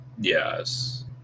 Yes